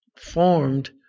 formed